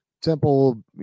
temple